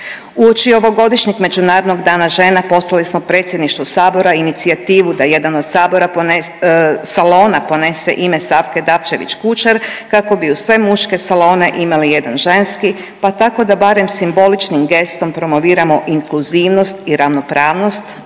Uoči ovogodišnjeg Međunarodnog dana žena poslali smo predsjedništvu Sabora inicijativu da jedan od salona ponese ime Savke Dabčević-Kučar kako bi uz sve muške salone imali jedan ženski, pa tako da barem simboličnom gestom promoviramo inkluzivnost i ravnopravnost,